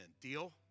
Deal